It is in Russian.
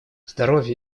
здоровье